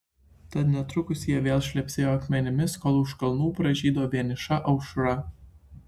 tad netrukus jie vėl šlepsėjo akmenimis kol už kalnų pražydo vieniša aušra